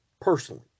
personally